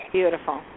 Beautiful